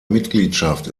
mitgliedschaft